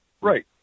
right